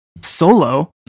solo